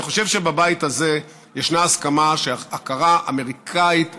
אני חושב שבבית הזה יש הסכמה שהכרה אמריקנית